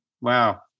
Wow